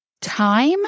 time